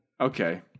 Okay